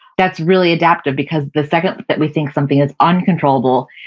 that's really adaptive because the second that we think something is uncontrollable,